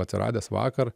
atsiradęs vakar